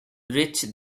rich